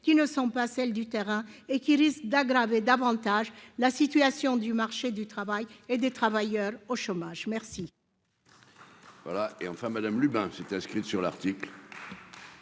qui ne sont pas celles du terrain et qui risque d'aggraver davantage la situation du marché du travail et des travailleurs au chômage, merci.